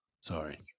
sorry